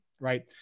right